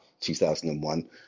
2001